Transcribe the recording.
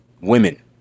women